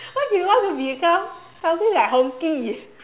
why do you want to be some~ something like Hongki